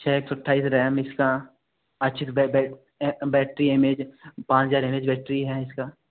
छ एक सौ अट्ठाईस रैम इसका अच्छी बैटरी है पाँच हज़ार एम एच बैटरी है इसका